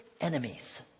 enemies